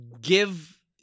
give